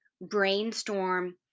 brainstorm